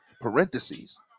parentheses